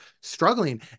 struggling